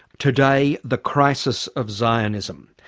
today, the crisis of zionism.